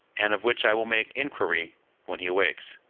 and of which i will make inquiry when he awakes.